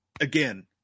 again